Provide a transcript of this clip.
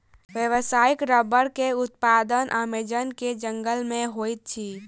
व्यावसायिक रबड़ के उत्पादन अमेज़न के जंगल में होइत अछि